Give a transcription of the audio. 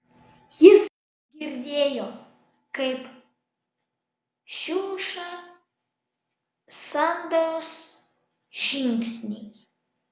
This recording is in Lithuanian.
jis girdėjo kaip šiuša sandros žingsniai